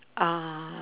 uh